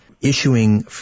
issuing